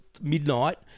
midnight